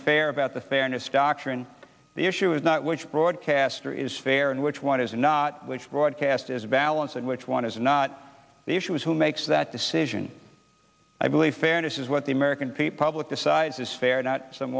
fair about the fairness doctrine the issue is not which broadcaster is fair and which one is not which broadcast is balance and which one is not the issue is who makes that decision i believe fairness is what the american people decides is fair not some